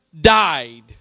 died